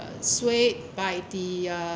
swayed by the uh